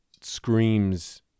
screams